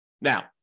Now